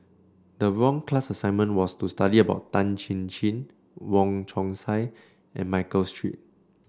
the wrong class assignment was to study about Tan Chin Chin Wong Chong Sai and Michael Seet